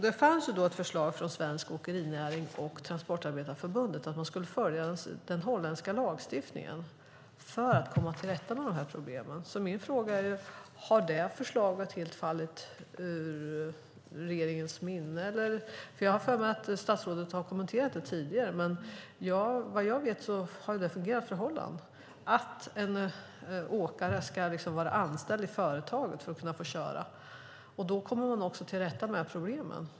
Det fanns ett förslag från svensk åkerinäring och Transportarbetareförbundet om att följa den holländska lagstiftningen för att komma till rätta med de här problemen. Min fråga är: Har det förslaget helt fallit ur regeringens minne? Jag har för mig att statsrådet har kommenterat det tidigare. Vad jag vet har det fungerat för Holland att en åkare ska vara anställd i företaget för att få köra. Då kommer man också till rätta med problemen.